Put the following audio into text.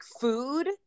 food